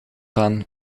baan